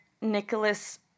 Nicholas